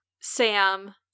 sam